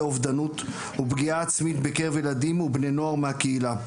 האובדנות ופגיעה עצמית בקרב ילדים ובני נוער מהקהילה.